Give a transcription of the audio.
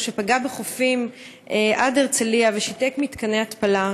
שפגע בחופים עד הרצליה ושיתק מתקני התפלה.